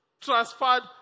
transferred